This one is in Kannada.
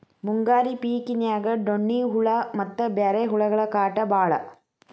ಮುಂಗಾರಿ ಪಿಕಿನ್ಯಾಗ ಡೋಣ್ಣಿ ಹುಳಾ ಮತ್ತ ಬ್ಯಾರೆ ಹುಳಗಳ ಕಾಟ ಬಾಳ